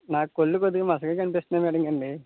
నాకు కళ్ళు కొద్దిగా మసకగా కనిపిస్తున్నాయి అండి మేడం గారు అండి